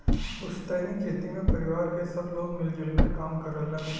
पुस्तैनी खेती में परिवार क सब लोग मिल जुल क काम करलन